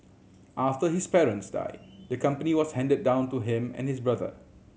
after his parents died the company was handed down to him and his brother